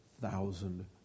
thousand